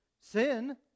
sin